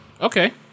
okay